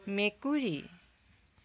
মেকুৰী